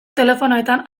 telefonoetan